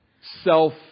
self